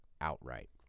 outright